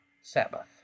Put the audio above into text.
Sabbath